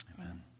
Amen